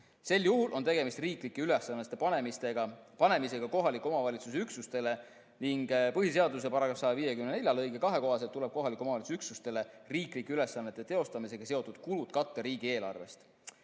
Sel juhul on tegemist riiklike ülesannete panemisega kohaliku omavalitsuse üksustele ning põhiseaduse § 154 lõike 2 kohaselt tuleb kohaliku omavalitsuse üksustele riiklike ülesannete teostamisega seotud kulud katta riigieelarvest.